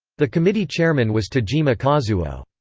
the committee chairman was tajima kazuo.